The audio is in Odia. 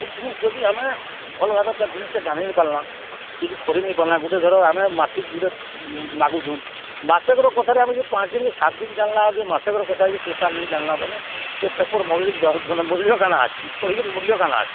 ସେ ଜିନିଷ୍ ଯଦି ଆମେ ଭଲଭାବେ ତାର ଜିନଷଟା ଜାଣି ନାଇଁ ପାରିଲା କିଛି କରିନେଇ ପାରିଲା ଗୋଟେ ଧର ଆମେ ମାସିକ ଗୋଟେ ମାଗୁଛୁଁ ମାସେକର କଥାରେ ଆମେ ଯଦି ପାଞ୍ଚଦିନ ସାତଦିନ ଜାଣିଲା ଯେ ମାସକର କଥା ଯଦି ଟୋଟାଲ ନାଇଁ ଜାଣିଲା ବେଲେ ସେ ପେପର ମଗେଇକରି ମାନେ ମୂଲ୍ୟ କାଣା ଅଛି କି ପଢ଼ିକିରି ମୂଲ୍ୟ କାଣା ଅଛି